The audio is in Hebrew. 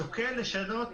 שוקל לשנות,